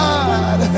God